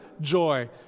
joy